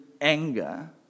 anger